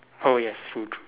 oh yes food